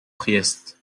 priest